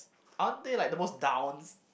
aren't they like the most downs